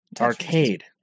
Arcade